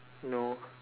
no